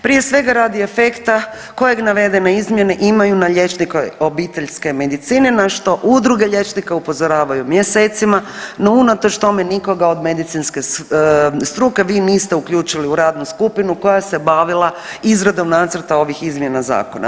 Prije svega radi efekta kojeg navedene izmjene imaju na liječnike obiteljske medicine na što udruge liječnika upozoravaju mjesecima, no unatoč tome nikoga od medicinske struke vi niste uključili u radnu skupinu koja se bavila izradom nacrta ovih izmjena zakona.